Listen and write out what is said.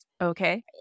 Okay